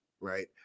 right